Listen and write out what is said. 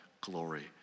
glory